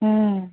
ہوں